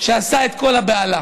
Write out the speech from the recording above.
שעשה את כל הבהלה?